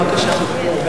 בבקשה.